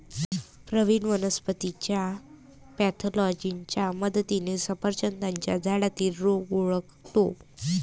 प्रवीण वनस्पतीच्या पॅथॉलॉजीच्या मदतीने सफरचंदाच्या झाडातील रोग ओळखतो